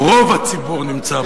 או, רוב הציבור נמצא בו.